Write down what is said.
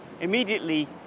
Immediately